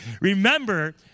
Remember